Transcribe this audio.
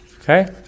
okay